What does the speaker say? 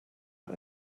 are